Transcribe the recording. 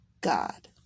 God